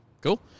cool